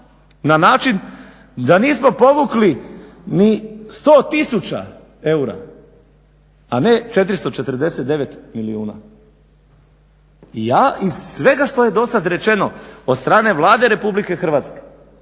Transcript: na način da nismo povukli ni 100 tisuća eura, a ne 449 milijuna. I ja iz svega što je dosad rečeno od strane Vlade Republike Hrvatske,